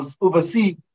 oversee